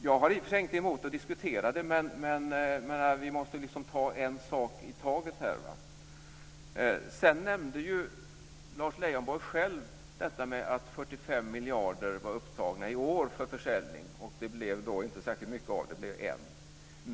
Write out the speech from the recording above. Jag har i och för sig inget emot att diskutera det, men vi måste ta en sak i taget. Lars Leijonborg nämnde själv att försäljningar för 45 miljarder var upptagna i år, och det blev inte särskilt mycket av det. Det blev 1 miljard.